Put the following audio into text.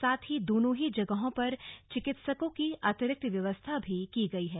साथ ही दोनों ही जगहों पर चिकित्सकों की अतिरिक्त व्यवस्था भी की गई है